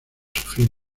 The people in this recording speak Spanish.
sufrir